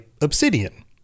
obsidian